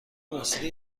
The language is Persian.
مسری